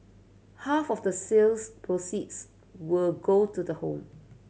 half of the sales proceeds will go to the home